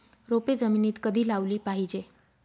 रोपे जमिनीत कधी लावली पाहिजे?